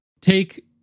take